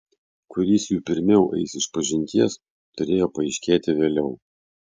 kuris jų pirmiau eis išpažinties turėjo paaiškėti vėliau